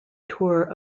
tour